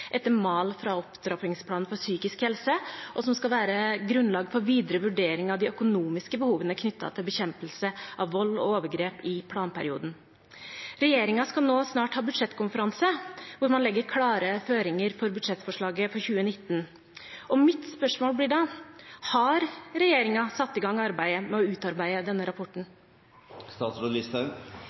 etter mal fra opptrappingsplanen for psykisk helse, som skal være grunnlag for videre vurdering av de økonomiske behovene knyttet til bekjempelse av vold og overgrep i planperioden. Regjeringen skal nå snart ha budsjettkonferanse, hvor man legger klare føringer for budsjettforslaget for 2019. Mitt spørsmål blir da: Har regjeringen satt i gang arbeidet med å utarbeide denne rapporten?